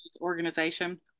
organization